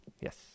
Yes